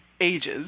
ages